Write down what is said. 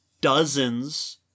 dozens